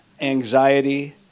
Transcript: anxiety